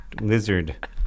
Lizard